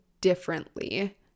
differently